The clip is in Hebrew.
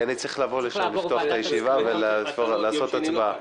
אני צריך לבוא לפתוח את הישיבה ולעשות הצבעה.